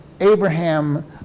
Abraham